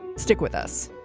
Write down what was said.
stick with us